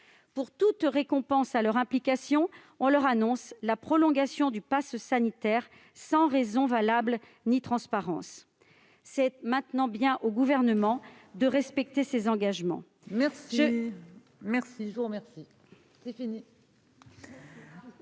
Pour toute récompense à leur implication, on leur annonce la prolongation du passe sanitaire sans raison valable ni transparence. C'est maintenant au Gouvernement de respecter ses engagements. Je